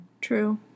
True